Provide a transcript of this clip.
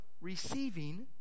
receiving